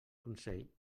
consell